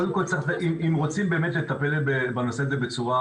קודם כל אם רוצים באמת לטפל בנושא הזה בצורה